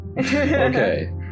okay